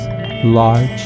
large